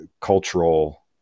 cultural